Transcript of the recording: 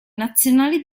nazionali